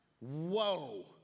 Whoa